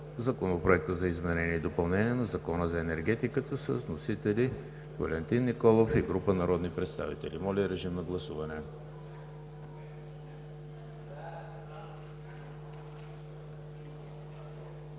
Законопроекта за изменение и допълнение на Закона за енергетиката с вносители Валентин Николов и група народни представители. Гласували